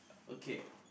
okay